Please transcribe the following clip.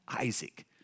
Isaac